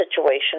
situation